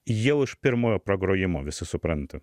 jau iš pirmojo pragrojimo visi supranta